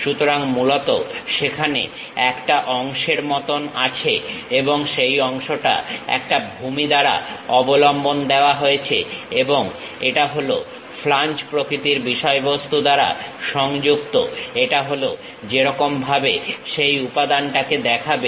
সুতরাং মূলত সেখানে একটা অংশের মতন আছে এবং সেই অংশটা একটা ভূমি দ্বারা অবলম্বন দেওয়া হয়েছে এবং এটা হলো ফ্লাঞ্জ প্রকৃতির বিষয়বস্তু দ্বারা সংযুক্ত এটা হলো যেরকমভাবে সেই উপাদানটাকে দেখাবে